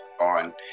on